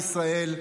לישראל,